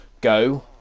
Go